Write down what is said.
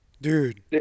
dude